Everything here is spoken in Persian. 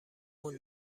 مون